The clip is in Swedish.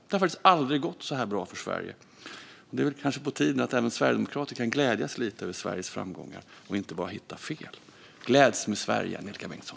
Det har faktiskt aldrig gått så bra för Sverige. Det är kanske på tiden att även sverigedemokrater kan glädjas lite över Sveriges framgångar och inte bara hitta fel. Gläds med Sverige, Angelika Bengtsson!